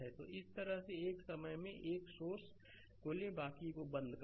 तो इस तरह से एक समय एक सोर्स को ले बाकी को बंद कर दे